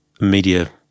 media